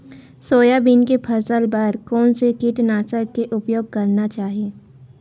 Soybean के फसल बर कोन से कीटनाशक के उपयोग करना चाहि?